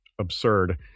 absurd